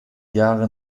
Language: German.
jahre